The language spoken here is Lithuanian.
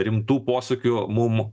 rimtų posūkių mum